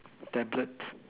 tablets